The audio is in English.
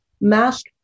mask